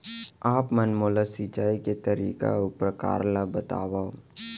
आप मन मोला सिंचाई के तरीका अऊ प्रकार ल बतावव?